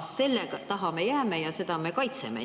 selle taha me jääme ja seda me kaitseme.